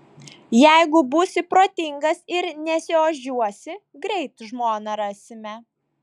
jeigu būsi protingas ir nesiožiuosi greit žmoną rasime